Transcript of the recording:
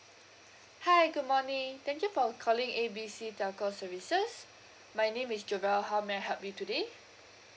hi good morning thank you for calling A B C telco services my name is jovelle how may I help you today